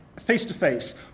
face-to-face